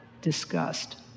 discussed